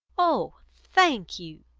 oh, thank you!